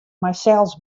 mysels